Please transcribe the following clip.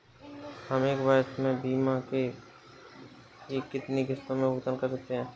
हम एक वर्ष में बीमा के लिए कितनी किश्तों में भुगतान कर सकते हैं?